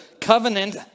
covenant